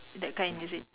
that kind you see